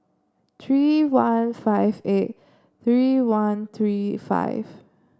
three one five eight three one three five